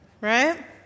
Right